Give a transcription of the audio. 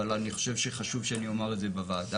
אבל אני חושב שחשוב שאני אומר את זה בוועדה.